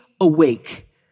awake